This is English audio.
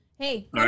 Hey